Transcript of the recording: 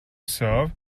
serve